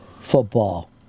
football